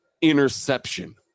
interception